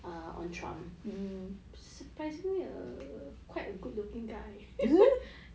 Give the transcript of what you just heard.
uh on trump um surprisingly ah quite good looking guy